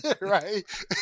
right